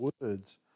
words